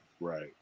Right